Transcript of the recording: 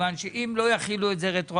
כיוון שאם לא יחילו את זה רטרואקטיבית